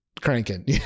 cranking